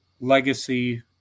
legacy